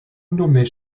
només